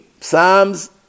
Psalms